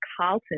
Carlton